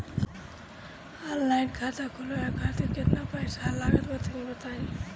Online खाता खूलवावे खातिर केतना पईसा लागत बा तनि बताईं?